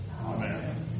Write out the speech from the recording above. Amen